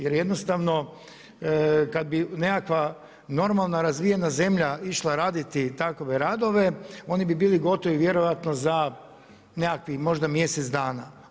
Jer jednostavno kada bi nekakva normalna razvijena zemlja išla raditi takve radove oni bi bili gotovo vjerojatno za nekakvih možda mjesec dana.